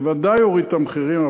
זה ודאי יוריד את המחירים.